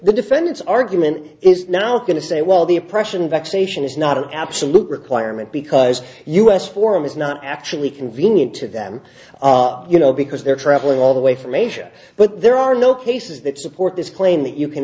the defendant's argument is not going to say well the oppression vaccination is not an absolute requirement because us form is not actually convenient to them you know because they're traveling all the way from asia but there are no cases that support this claim that you can